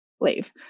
leave